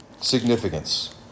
significance